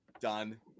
done